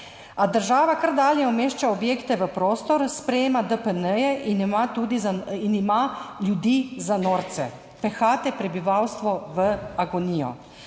država kar dalje umešča objekte v prostor, sprejema DPN-je in ima ljudi za norce. Pehate prebivalstvo v agonijo.